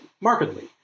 markedly